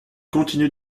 continue